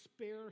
spare